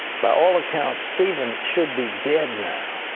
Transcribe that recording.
by all accounts stephen should be dead now,